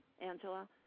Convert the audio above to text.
Angela